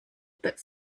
but